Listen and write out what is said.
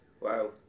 Wow